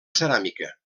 ceràmica